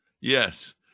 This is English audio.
Yes